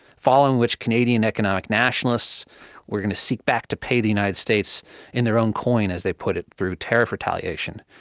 following which canadian economic nationalists were going to seek back to pay the united states in their own coin, as they put it, through tariff retaliation.